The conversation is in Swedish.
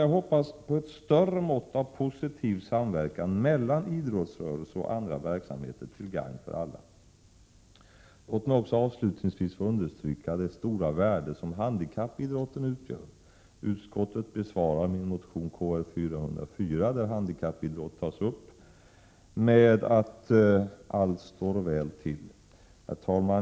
Jag hoppas på ett större mått av positiv samverkan mellan idrottsrörelsen och andra verksamheter, till gagn för alla. Avslutningsvis vill jag understryka det stora värde som handikappidrotten har. Utskottet besvarar min motion 1987/88:Kr404, där jag tar upp frågan om handikappidrotten, genom att säga att allt står väl till.